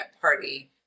party